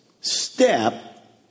step